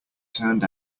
turned